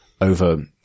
over